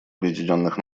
объединенных